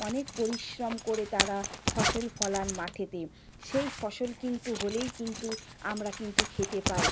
অনেক পরিশ্রম করে তারা ফসল ফলান মাঠেতে সেই ফসল কিন্তু হলেই কিন্তু আমরা কিন্তু খেতে পাই